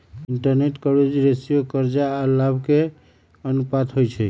interest coverage ratio करजा आऽ लाभ के अनुपात होइ छइ